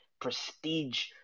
prestige